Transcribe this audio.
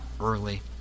early